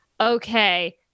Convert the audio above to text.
okay